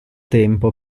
tempo